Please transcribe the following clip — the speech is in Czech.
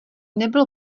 nebylo